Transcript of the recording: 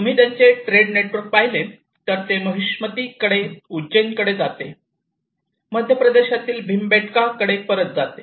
तुम्ही त्यांचे trade network पाहिले तर ते महिष्मतीकडे उज्जैनकडे जाते मध्य प्रदेशातील भीमबेटका कडे परत जाते